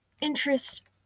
interest